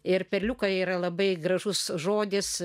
ir perliukai yra labai gražus žodis